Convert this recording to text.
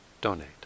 donate